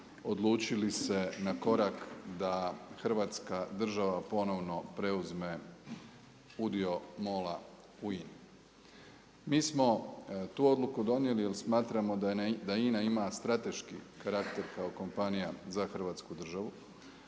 odlučili se na korak da Hrvatska država ponovno preuzme udio MOL-a u INA-i. Mi smo tu odluku donijeli jer smatramo da INA ima strateški karakter kao kompanija za Hrvatsku državu.